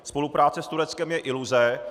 Spolupráce s Tureckem je iluze.